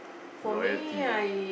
loyalty ah